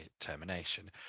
termination